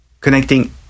connecting